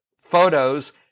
photos